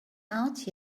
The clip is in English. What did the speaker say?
out